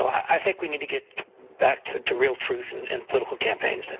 i think we need to get back to to real truth and in political campaigns.